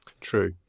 True